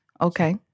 Okay